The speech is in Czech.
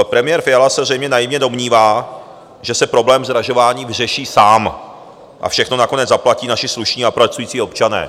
Premiér Fiala se zřejmě naivně domnívá, že se problém zdražování vyřeší sám a všechno nakonec zaplatí naši slušní a pracující občané.